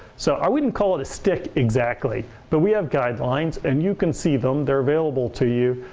so, i wouldn't cal it a stick exactly. but we have guidelines and you can see them. they're available to you.